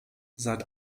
seit